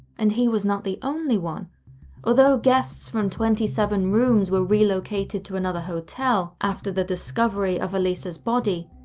and, he was not the only one although guests from twenty seven rooms were relocated to another hotel after the discovery of elisa's body,